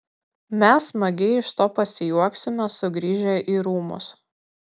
mes smagiai iš to pasijuoksime sugrįžę į rūmus